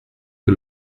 que